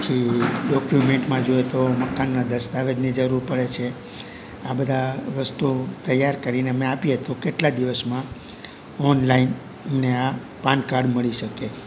પછી ડોક્યુમેન્ટમાં જોઈએ તો મકાનના દસ્તાવેજની જરૂર પડે છે આ બધા વસ્તુઓ તૈયાર કરીને અમે આપીએ તો કેટલા દિવસમાં ઓનલાઈન ને આ પાનકાડ મળી શકે